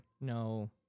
No